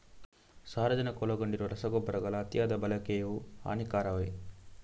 ಸಾರಜನಕ ಒಳಗೊಂಡಿರುವ ರಸಗೊಬ್ಬರಗಳ ಅತಿಯಾದ ಬಳಕೆಯು ಹಾನಿಕಾರಕವೇ?